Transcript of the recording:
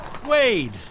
Wade